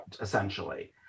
essentially